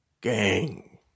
gang